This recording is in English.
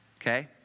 Okay